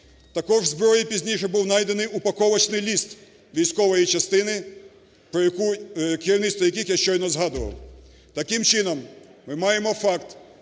Також в зброї пізніше був найдений упаковочный лист військової частини, про керівництво яких я щойно згадував. Таким чином, ми маємо факт